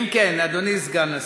אם כן, אדוני סגן השר,